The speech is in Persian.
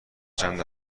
چند